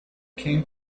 came